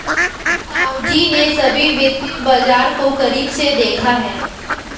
ताऊजी ने सभी वित्तीय बाजार को करीब से देखा है